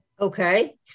Okay